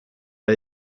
det